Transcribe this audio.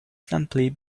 simply